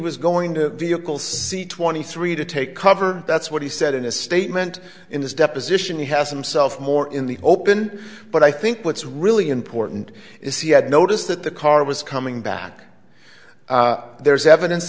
was going to vehicle c twenty three to take cover that's what he said in his statement in his deposition he has i'm self more in the open but i think what's really important is he had noticed that the car was coming back there is evidence